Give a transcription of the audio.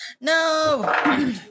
No